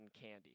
candy